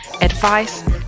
advice